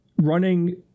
running